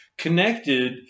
connected